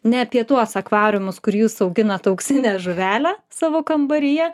ne apie tuos akvariumus kur jūs auginat auksinę žuvelę savo kambaryje